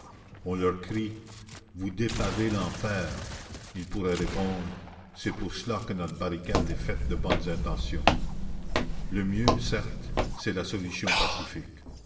on leur crie vous dépavez l'enfer ils pourraient répondre c'est pour cela que notre barricade est faite de bonnes intentions le mieux certes c'est la solution pacifique